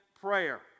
prayer